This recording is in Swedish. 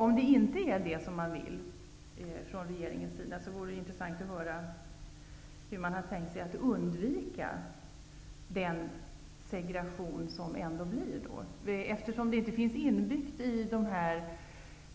Om det inte är det regeringen vill, vore det intressant att veta hur regeringen har tänkt sig undvika den segregation som följer. Det finns ju inte inbyggt i